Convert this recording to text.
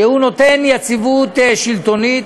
שהוא נותן יציבות שלטונית,